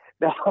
No